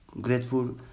grateful